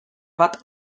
bat